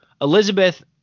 elizabeth